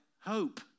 hope